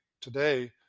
today